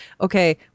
Okay